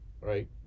Right